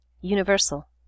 universal